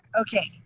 Okay